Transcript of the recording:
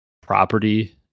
property